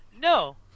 no